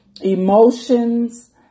emotions